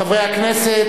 חברי הכנסת,